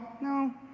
no